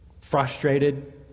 frustrated